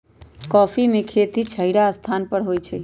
coffee में खेती छहिरा स्थान पर होइ छइ